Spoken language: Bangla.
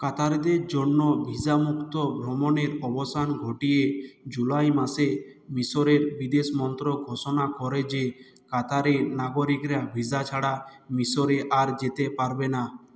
কাতারিদের জন্য ভিসামুক্ত ভ্রমণের অবসান ঘটিয়ে জুলাই মাসে মিশরের বিদেশ মন্ত্রক ঘোষণা করে যে কাতারের নাগরিকরা ভিসা ছাড়া মিশরে আর যেতে পারবে না